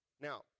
Now